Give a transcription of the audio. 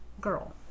girl